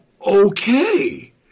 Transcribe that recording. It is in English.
okay